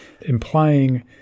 implying